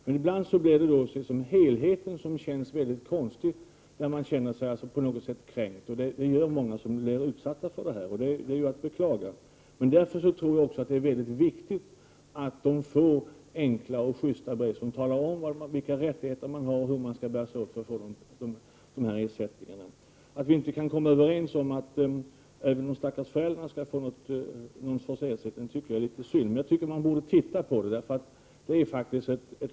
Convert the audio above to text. Men man känner sig kränkt på något sätt, och det gäller många som utsätts för sådana här saker — vilket, som sagt, är att beklaga. Mot den bakgrunden tror jag alltså att det är mycket viktigt att berörda får ett enkelt brev där det på ett sjyst sätt nämns vilka rättigheter de har och hur de skall bära sig åt för att få ersättning. Att vi inte kan komma överens om att även de stackars föräldrarna skall få ersättning tycker jag är litet synd. Jag tycker således att man bör se över dessa frågor. Det handlar faktiskt om ett mycket stort lidande. Prot.